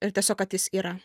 ir tiesiog kad jis yra